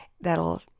That'll